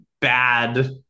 bad